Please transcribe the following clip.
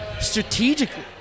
strategically